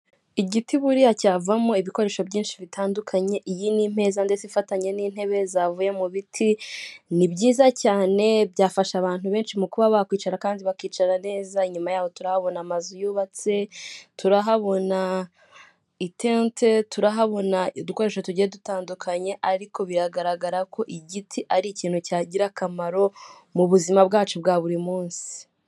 Igiti buriya cyavamo ibikoresho byinshi bitandukanye, iyi ni imeza ndetse ifatanye n'intebe zavuye mu biti, ni byiza cyane byafasha abantu benshi mu kuba bakwicara kandi bakicara neza, inyuma ya turahabona amazu yubatse, turahabona itente turahabona udukoresho tugiye dutandukanye, ariko biragaragara ko igiti ari ikintu cyagira akamaro, mu buzima bwacu bwa buri munsi.